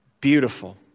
beautiful